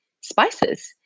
spices